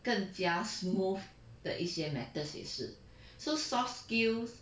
更加 smooth 的一些 matters 也是 so soft skills